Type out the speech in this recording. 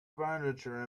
furniture